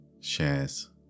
shares